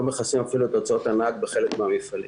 מכסים אפילו את הוצאות הנהג בחלק מן המפעלים.